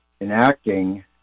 enacting